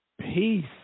peace